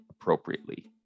appropriately